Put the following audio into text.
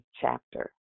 chapter